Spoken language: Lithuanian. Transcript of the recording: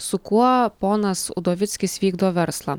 su kuo ponas udovickis vykdo verslą